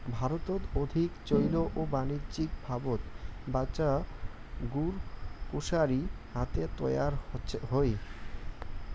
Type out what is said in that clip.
ভারতত অধিক চৈল ও বাণিজ্যিকভাবত ব্যাচা গুড় কুশারি হাতে তৈয়ার হই